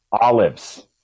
Olives